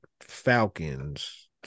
Falcons